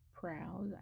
proud